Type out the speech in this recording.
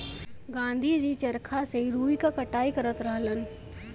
गाँधी जी चरखा से रुई क कटाई करत रहलन